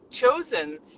chosen